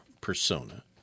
persona